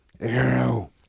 arrow